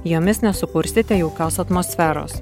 jomis nesukursite jaukios atmosferos